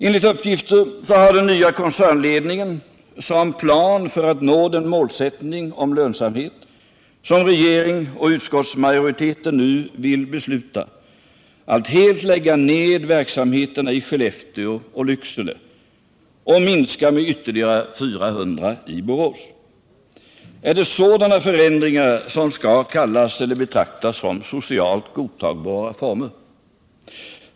Enligt uppgifter är den nya koncernledningens plan för att nå den målsättning om lönsamhet, som regeringen och utskottsmajoriteten nu vill besluta om, att helt lägga ned verksamheterna i Skellefteå och Lycksele samt minska personalen med ytterligare 400 i Borås. Är det sådana förändringar som skall betraktas som socialt godtagbara former?